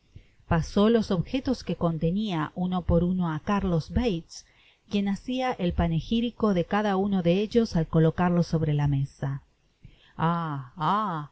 pasó los objetos que con tenia uno por uno á carlos bates quien hacia el panejirico de cada uno de ellos al colocarlo sobrela mesa